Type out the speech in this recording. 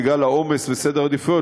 בגלל העומס וסדר עדיפויות,